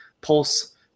pulse